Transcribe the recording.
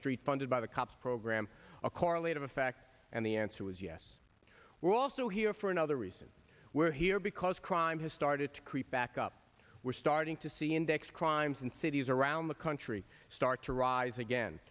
streets funded by the cops program a correlative effect and the answer was yes we're also here for another reason we're here because crime has started to creep back up we're starting to see index crimes in cities around the country start to rise again